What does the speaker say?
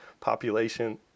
population